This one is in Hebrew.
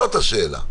זאת השאלה.